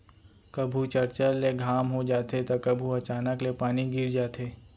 कभू चरचर ले घाम हो जाथे त कभू अचानक ले पानी गिर जाथे